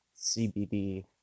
CBD